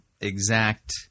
exact